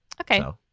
Okay